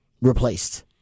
replaced